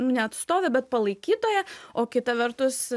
ne atstovė bet palaikytoja o kita vertus